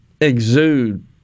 exude